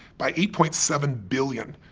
by eight point seven billion.